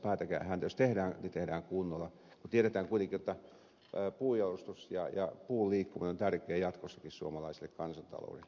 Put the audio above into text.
jos tehdään niin tehdään kunnolla kun tiedetään kuitenkin jotta puunjalostus ja puun liikkuminen on tärkeää jatkossakin suomalaiselle kansantaloudelle